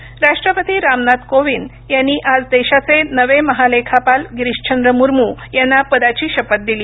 मुर्मू राष्ट्रपती रामनाथ कोविंद यांनी आज देशाचे नवे महालेखापाल गिरीशचंद्र मुर्मू यांना पदाची शपथ दिली